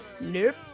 Nope